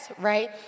right